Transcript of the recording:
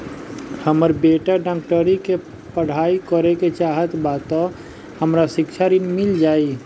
हमर बेटा डाक्टरी के पढ़ाई करेके चाहत बा त हमरा शिक्षा ऋण मिल जाई?